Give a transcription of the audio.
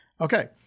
Okay